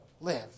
live